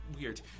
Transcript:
weird